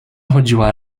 chodziła